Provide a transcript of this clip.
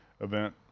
event